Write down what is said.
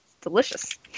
delicious